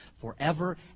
forever